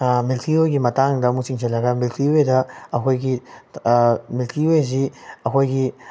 ꯃꯤꯜꯀꯤ ꯋꯦꯒꯤ ꯃꯇꯥꯡꯗ ꯑꯝꯨꯛ ꯆꯤꯡꯁꯤꯜꯂꯒ ꯃꯤꯜꯀꯤ ꯋꯦꯗ ꯑꯩꯈꯣꯏꯒꯤ ꯃꯤꯜꯀꯤ ꯋꯦꯁꯤ ꯑꯩꯈꯣꯏꯒꯤ